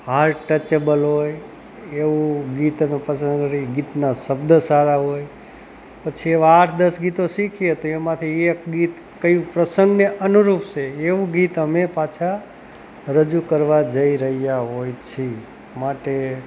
heart touchable હોય એવું ગીત અમે પસંદ કરીએ ગીતના શબ્દ સારા હોય પછી એવા આઠ દસ ગીતો શીખીએ તો એમાંથી એક ગીત કયું પ્રસંગને અનુરૂપ છે એવું ગીત અમે પાછા રજૂ કરવા જઈ રહ્યા હોય છે માટે